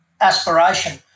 aspiration